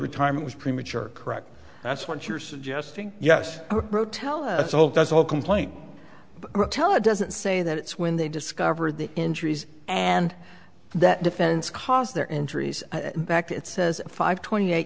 retirement was premature correct that's what you're suggesting yes bro tell us all that's all complaint tell it doesn't say that it's when they discovered the injuries and that defense caused their injuries back it says five twenty eight